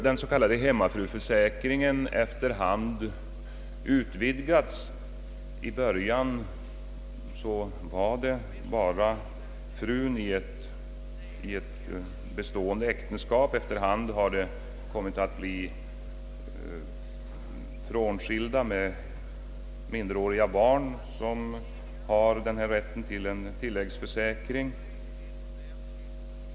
Den s.k. hemmafruförsäkringen har efter hand utvidgats. I början gällde den bara hustrun i bestående äktenskap, men så småningom har frånskilda med minderåriga barn kommit att få rätten till tilläggsförsäkring.